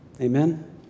Amen